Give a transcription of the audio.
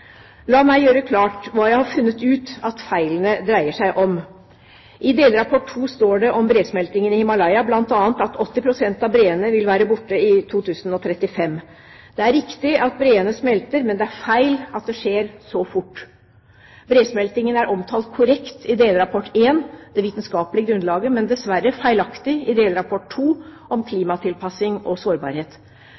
La meg gjøre klart hva jeg har funnet ut at feilene dreier seg om. I delrapport 2 står det om bresmeltingen i Himalaya bl.a. at 80 pst. av breene vil være borte i 2035. Det er riktig at breene smelter, men det er feil at det skjer så fort. Bresmeltingen er omtalt korrekt i delrapport 1, det vitenskapelige grunnlaget, men dessverre feilaktig i delrapport 2, om